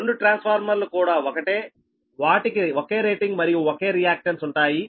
రెండు ట్రాన్స్ఫార్మర్లు కూడా ఒకటే వాటికి ఒకే రేటింగ్ మరియు ఒకే రియాక్టన్స్ ఉంటాయి